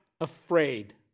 afraid